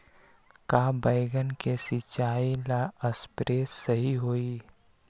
का बैगन के सिचाई ला सप्रे सही होई?